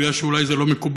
אני יודע שאולי זה לא מקובל,